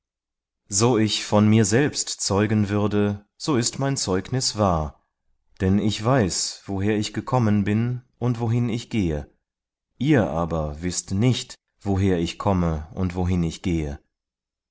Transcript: so ich von mir selbst zeugen würde so ist mein zeugnis wahr denn ich weiß woher ich gekommen bin und wohin ich gehe ihr aber wißt nicht woher ich komme und wohin ich gehe